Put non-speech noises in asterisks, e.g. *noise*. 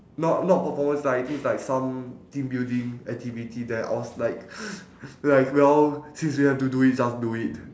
not not performance lah I think it's like some team building activity then I was like *noise* like you know since we have to do it just do it